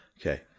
Okay